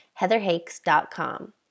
heatherhakes.com